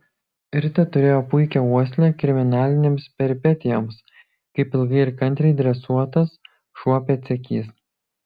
rita turėjo puikią uoslę kriminalinėms peripetijoms kaip ilgai ir kantriai dresuotas šuo pėdsekys